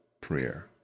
prayer